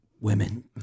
women